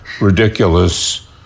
ridiculous